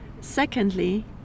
Secondly